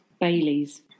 Baileys